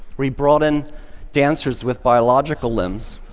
we brought in dancers with biological limbs,